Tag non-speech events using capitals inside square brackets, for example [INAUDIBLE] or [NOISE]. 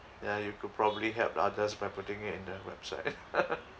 ya you could probably helped others by putting it in the website [LAUGHS]